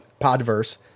podverse